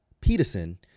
Peterson